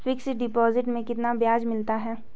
Fix deposit में कितना ब्याज मिलता है?